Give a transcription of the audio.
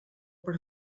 per